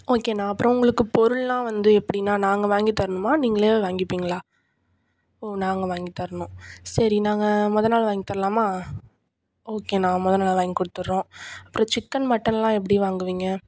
ஓகேண்ணா அப்புறம் உங்களுக்கு பொருளெலாம் வந்து எப்படிண்ணா நாங்கள் வாங்கி தரணுமா நீங்களே வாங்கிப்பிங்களா ஓ நாங்கள் வாங்கி தரணும் சரி நாங்கள் மொதல் நாள் வாங்கி தரலாமா ஓகேண்ணா மொதல் நாள் வாங்கி கொடுத்துறோம் அப்புறம் சிக்கன் மட்டனெலாம் எப்படி வாங்குவிங்க